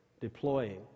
deploying